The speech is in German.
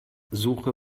suche